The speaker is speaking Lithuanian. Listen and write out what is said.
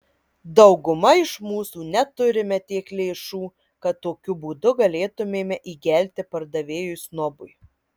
dauguma iš mūsų neturime tiek lėšų kad tokiu būdu galėtumėme įgelti pardavėjui snobui